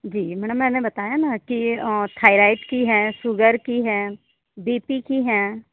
जी madam मैंने बताया ना कि ये थायरॉइड की है सूगर की है बी पी की है